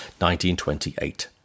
1928